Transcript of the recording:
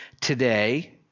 today